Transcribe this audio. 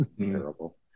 terrible